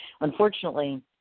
Unfortunately